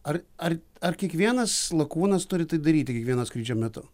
ar ar ar kiekvienas lakūnas turi tai daryti kiekvieno skrydžio metu